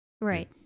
right